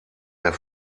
der